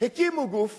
הקימו גוף